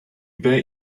bet